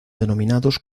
denominados